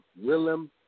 Willem